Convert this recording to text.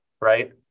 Right